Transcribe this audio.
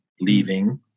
leaving